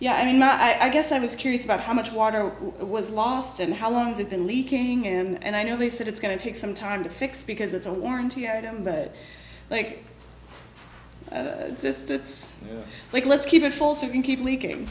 yeah i mean not i guess i was curious about how much water was lost and how long has it been leaking and i know they said it's going to take some time to fix because it's a warranty item but like this it's like let's keep it full saving people leaking